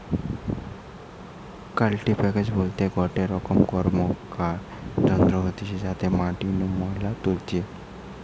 কাল্টিপ্যাকের বলতে গটে রকম র্কমকার যন্ত্র হতিছে যাতে মাটি নু ময়লা তুলতিছে